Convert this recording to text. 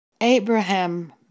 Abraham